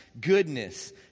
goodness